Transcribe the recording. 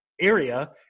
area